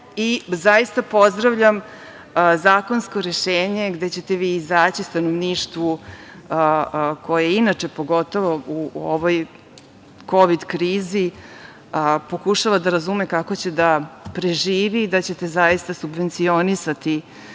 Zaista pozdravljam zakonsko rešenje gde ćete vi izaći stanovništvu koje inače pogotovo u ovoj kovid krizi pokušava da razume kako će da preživi, da ćete zaista subvencionisati